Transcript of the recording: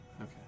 okay